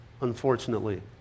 unfortunately